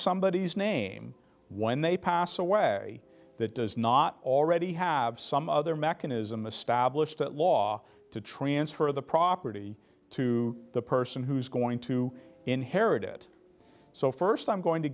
somebodies name when they pass away that does not already have some other mechanism established at law to transfer the property to the person who's going to inherit it so first i'm going to